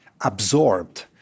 absorbed